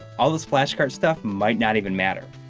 all this flash cart stuff might not even matter.